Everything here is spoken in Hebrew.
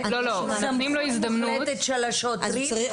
זו תהיה סמכות מוחלטת של השוטרים?